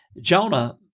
Jonah